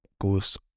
goes